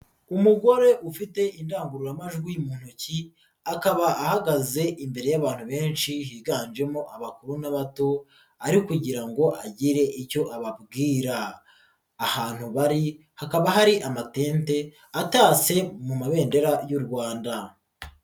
Umugore ufite indangururamajwi mu ntoki akaba ahagaze imbere y'abantu benshi higanjemo abakuru n'abato ari kugira ngo agire icyo ababwira, ahantu bari hakaba hari amatende atatse mu mabendera y'u Rwanda.